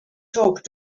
talk